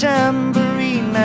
Tambourine